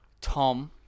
Tom